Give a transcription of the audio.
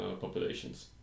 populations